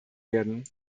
werden